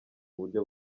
buryo